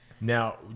Now